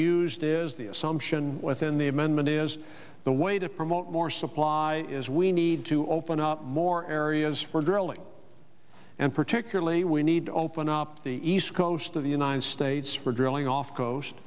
used is the assumption within the amendment is the way to promote more supply is we need to open up more areas for drilling and particularly we need to open up the east coast of the united states for drilling off the coast